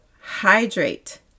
hydrate